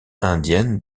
indienne